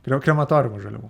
krio krematoriumas žaliavų